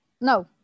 no